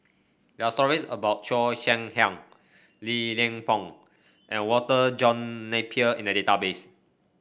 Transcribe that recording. there are stories about Cheo Hiang Li Lienfung and Walter John Napier in the database